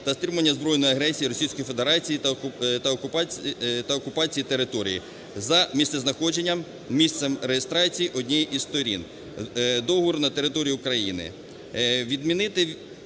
та стримування збройної агресії Російської Федерації та окупації території, за місцезнаходженням (місцем реєстрації) однієї із сторін договору на території України,